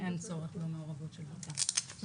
אין צורך במעורבות של בט"פ.